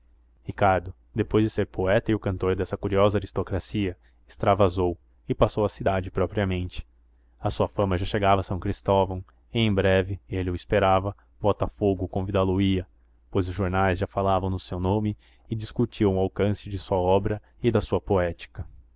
ricardo depois de ser poeta e o cantor dessa curiosa aristocracia extravasou e passou à cidade propriamente a sua fama já chegava a são cristóvão e em breve ele o esperava botafogo convidá lo ia pois os jornais já falavam no seu nome e discutiam o alcance de sua obra e da sua poética